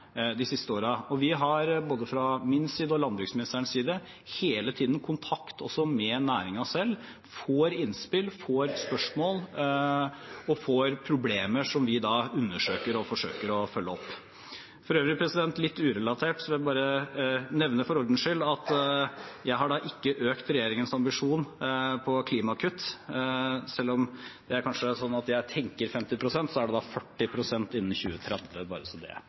de siste årene. Vi har, fra både min side og landbruksministerens side, hele tiden kontakt også med næringen selv. Vi får innspill, får spørsmål og får frem problemer som vi undersøker og forsøker å følge opp. For øvrig og litt urelatert vil jeg bare nevne for ordens skyld at jeg ikke har økt regjeringens ambisjon for klimakutt – selv om det kanskje er slik at jeg tenker på 50 pst., er den 40 pst. innen 2030, bare så det